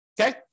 okay